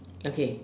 okay